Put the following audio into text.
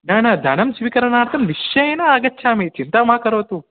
न न धनं स्वीकरणार्थं निश्चयेन आगच्छामि चिन्ता मा करोतु